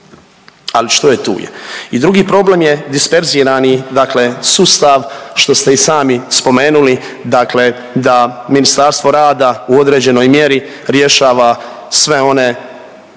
ali što je tu je. I drugi problem je disperzirani dakle sustav što ste i sami spomenuli, dakle da Ministarstvo rada u određenoj mjeri rješava sve one